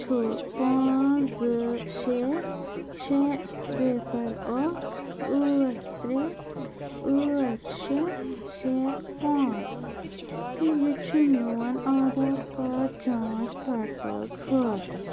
چھُ پٲنٛژھ زٕ شےٚ شےٚ صِفر اَکھ ٲٹھ ترٛےٚ ٲٹھ شےٚ شےٚ پانٛژھ تہٕ یہِ چھُ میٛون آدھار کارڈ جانٛچ پڑتال خٲطرٕ